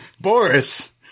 Boris